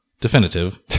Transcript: definitive